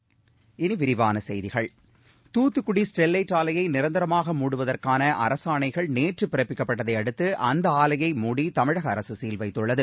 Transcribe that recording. இனி விரிவான செய்திகள் தூத்துக்குடி ஸ்டெர்வைட் ஆலையை நிரந்தரமாக மூடுவதற்கான அரசாணைகள் நேற்று பிறப்பிக்கப்பட்டதை அடுத்து அந்த ஆலையை மூடி தமிழக அரசு சீல் வைத்துள்ளது